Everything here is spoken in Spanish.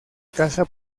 casa